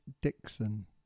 Dixon